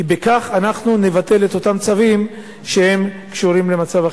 כי בכך אנחנו נבטל את אותם צווים שהם קשורים למצב החירום.